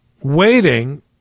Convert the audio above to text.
waiting